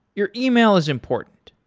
your email is important,